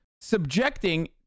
subjecting